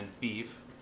beef